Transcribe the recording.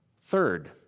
Third